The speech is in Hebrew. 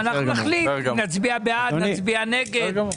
ואנחנו נחליט; נצביע בעד או נצביע נגד,